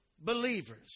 Believers